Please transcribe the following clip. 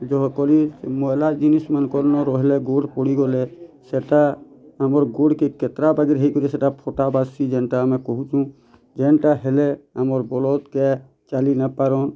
ଯୋଗ କରି ମଇଲା ଜିନିଷ୍ ମାନଙ୍କର୍ ନ ରହିଲେ ଗୋଡ଼ ପଡ଼ିଗଲେ ସେଇଟା ଆମର୍ ଗୋଡ଼ କେ କେତେଟା ହେଇକରି ସେଇଟା ଫଟା ପାଦସି ଯେନ୍ତା ଆମେ କହୁଛୁ ଯେନ୍ତା ହେଲେ ଆମର୍ ବଲଦ କେ ଚାଲି ନ ପାରନ୍